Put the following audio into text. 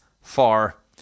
far